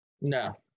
No